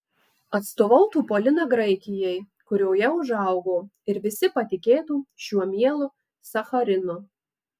atstovautų polina graikijai kurioje užaugo ir visi patikėtų šiuo mielu sacharinu